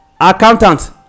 accountant